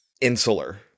Insular